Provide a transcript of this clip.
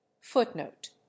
Footnote